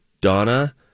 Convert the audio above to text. Donna